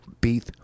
beef